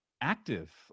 active